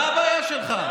מה הבעיה שלך?